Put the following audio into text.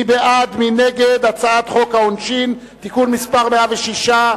מי בעד, מי נגד הצעת חוק העונשין (תיקון מס' 106)?